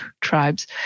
tribes